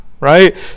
right